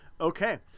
okay